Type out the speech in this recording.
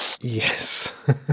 Yes